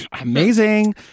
Amazing